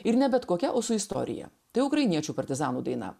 ir ne bet kokia o su istorija tai ukrainiečių partizanų daina